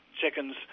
chickens